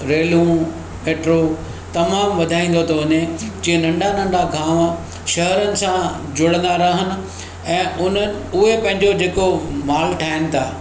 रेलूं metro तमामु वधाईंदो थो वञे जीअं नंढा नंढा गांव शहरनि सां जुड़ंदा रहनि ऐं उन्हनि उहे पंहिंजो जेको माल ठाहिनि था